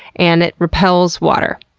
and it repels water.